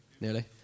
nearly